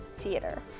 Theater